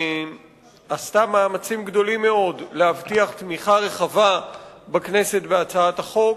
עשתה מאמצים גדולים מאוד להבטיח תמיכה רחבה בכנסת בהצעת החוק,